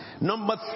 Number